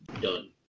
Done